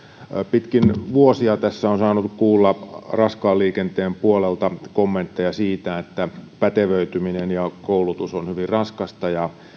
pitkin vuosia tässä on saanut kuulla raskaan liikenteen puolelta kommentteja siitä että pätevöityminen ja koulutus on hyvin raskasta ja